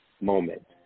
moment